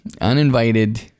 Uninvited